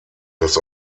das